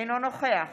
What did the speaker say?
אינו נוכח